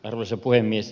arvoisa puhemies